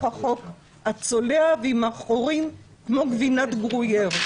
החוק הצולע ועם החורים כמו גבינת גרוייר,